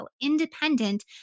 independent